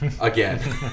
again